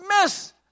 miss